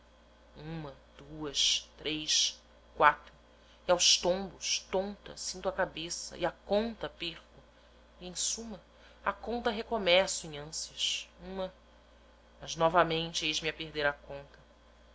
uma duas três quatro e aos tombos tonta sinto a cabeça e a conta perco e em suma a conta recomeço em ânsias uma mas novamente eis-me a perder a conta